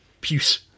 Puce